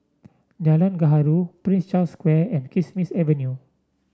Jalan Gaharu Prince Charles Square and Kismis Avenue